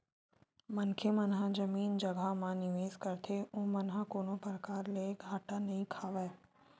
मनखे मन ह जमीन जघा म निवेस करथे ओमन ह कोनो परकार ले घाटा नइ खावय